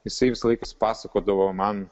jisai visąlaik jis pasakodavo man